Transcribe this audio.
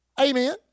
Amen